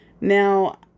Now